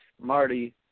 Marty